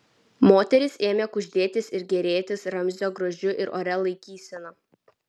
moterys ėmė kuždėtis ir gėrėtis ramzio grožiu ir oria laikysena